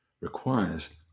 requires